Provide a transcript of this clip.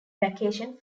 vacation